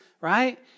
right